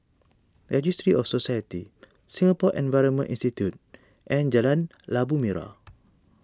Registry of Societies Singapore Environment Institute and Jalan Labu Merah